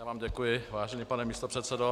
Já vám děkuji, vážený pane místopředsedo.